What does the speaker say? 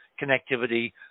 connectivity